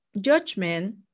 judgment